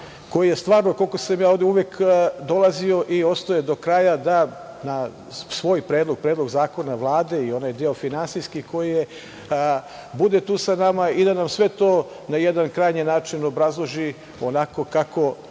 koji je stvarno, koliko sam ja ovde, uvek dolazio i ostajao do kraja da na svoj i predlog zakona Vlade i onaj deo finansijski koji je, bude tu sa nama i da nam sve to na jedan krajnji način obrazloži onako kako